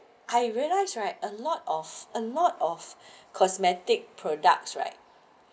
I realize right a lot of a lot of cosmetic products right